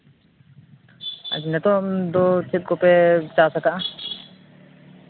ᱱᱤᱛᱚᱝ ᱫᱚ ᱪᱮᱫ ᱠᱚᱯᱮ ᱪᱟᱥ ᱠᱟᱜᱼᱟ